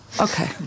Okay